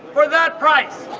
for that price.